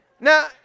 Now